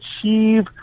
achieve